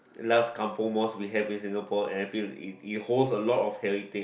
last Kampung mosque we have in Singapore and I feel it it holds a lot of heritage